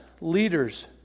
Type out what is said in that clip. leaders